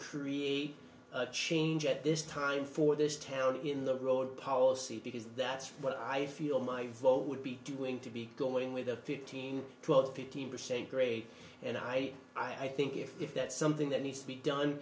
create change at this time for this town in the road policy because that's what i feel my vote would be doing to be going with a fifteen twelve fifteen percent grade and i i think if that's something that needs to be done